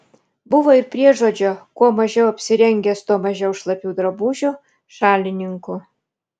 buvo ir priežodžio kuo mažiau apsirengęs tuo mažiau šlapių drabužių šalininkų